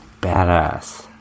Badass